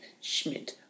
Schmidt